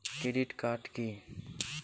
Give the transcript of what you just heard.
Credit card key?